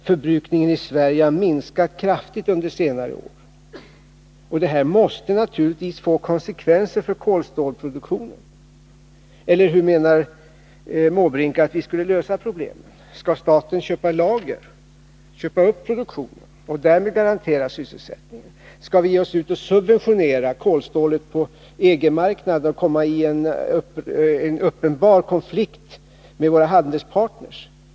Förbrukningen i Sverige har minskat kraftigt under senare år. Detta måste naturligtvis få konsekvenser för kolstålsproduktionen. Hur menar Bertil Måbrink att vi skulle lösa problemet? Skall staten köpa lager, köpa upp produktionen och därmed garantera sysselsättningen? Eller skall vi ge oss ut och subventionera kolstålet på EG-marknaden och råka i uppenbar konflikt med våra handelspartner?